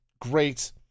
great